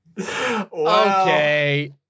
Okay